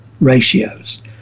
ratios